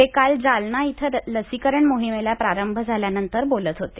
ते काल जालना इथं लसीकरण मोहिमेला प्रारंभ झाल्यानंतर बोलत होते